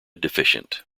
deficient